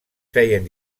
feien